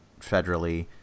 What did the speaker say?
federally